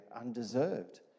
undeserved